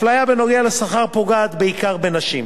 אפליה בנוגע לשכר פוגעת בעיקר בנשים.